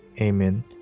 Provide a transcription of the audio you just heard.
Amen